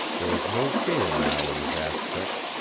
there was no fear now in his aspect.